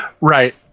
Right